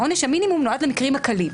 עונש המינימום נועד למקרים הקלים.